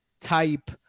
type